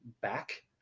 back